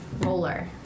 Roller